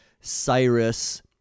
Cyrus